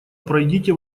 пройдите